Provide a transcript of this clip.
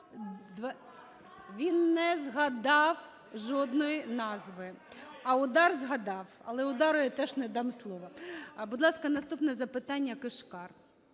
Він не згадав жодної назви. А "УДАР" згадав, але "УДАРу" я теж не дам слово. Будь ласка, наступне запитання, Кишкар,